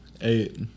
Eight